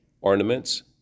Ornaments